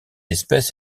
espèce